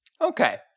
Okay